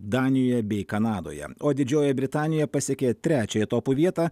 danijoje bei kanadoje o didžiojoje britanijoje pasiekė trečiąją topų vietą